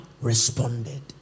responded